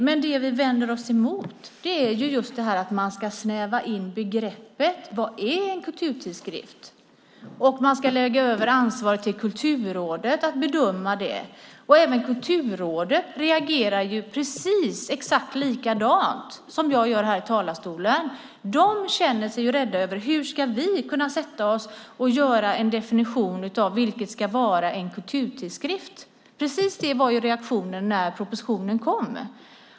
Men det som vi vänder oss emot är just att man ska snäva in begreppet när det gäller vad en kulturtidskrift är och att man ska lägga över ansvaret på Kulturrådet att bedöma det. Även Kulturrådet reagerar precis exakt likadant som jag gör här i talarstolen. På Kulturrådet känner man sig rädd för hur man ska kunna sätta sig och göra en definition av vilka som ska vara kulturtidskrifter. Precis det var reaktionen när propositionen kom.